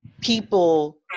people